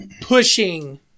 pushing